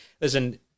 listen